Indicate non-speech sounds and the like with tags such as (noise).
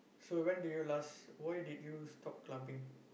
so when did you last why did you stop clubbing (breath)